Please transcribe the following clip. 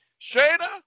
Shayna